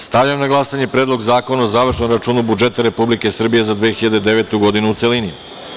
Stavljam na glasanje Predlog zakona o završnom računu budžeta Republike Srbije za 2009. godinu, u celini.